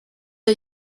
are